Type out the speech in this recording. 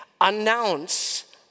Announce